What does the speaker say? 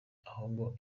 ahubwo